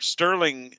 Sterling